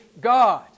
God